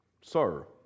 Sir